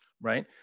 right